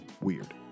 weird